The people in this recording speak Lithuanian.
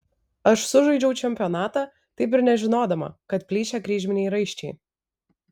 aš sužaidžiau čempionatą taip ir nežinodama kad plyšę kryžminiai raiščiai